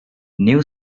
new